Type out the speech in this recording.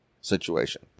situation